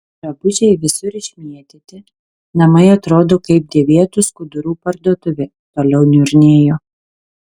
drabužiai visur išmėtyti namai atrodo kaip dėvėtų skudurų parduotuvė toliau niurnėjo